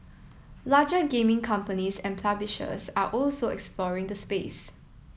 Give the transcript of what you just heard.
larger gaming companies and publishers are also exploring the space